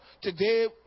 Today